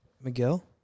Miguel